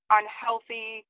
unhealthy